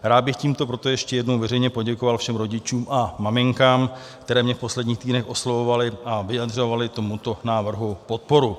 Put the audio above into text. Rád bych tímto proto ještě jednou veřejně poděkoval všem rodičům a maminkám, které mě v posledních týdnech oslovovaly a vyjadřovaly tomuto návrhu podporu.